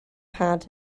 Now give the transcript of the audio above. pad